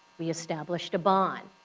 we established a bond.